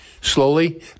Slowly